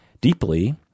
deeply